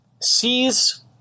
sees